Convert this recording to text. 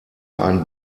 ein